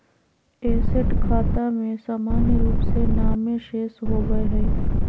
asset खाता में सामान्य रूप से नामे शेष होबय हइ